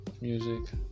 music